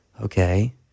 okay